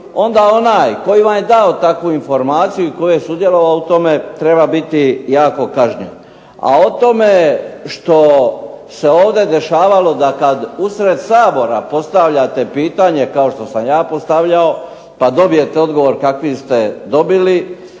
onda onaj koji vam je dao takvu informaciju i koji je sudjelovao u tome treba biti jako kažnjen. A o tome što se ovdje dešavalo da kad usred Sabora postavljate pitanja, kao što sam ja postavljao, pa dobijete odgovor kakvi ste dobili,